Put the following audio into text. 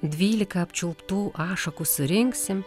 dvylika apčiulptų ašakų surinksim